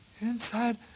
Inside